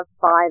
five